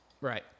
right